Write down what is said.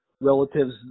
relatives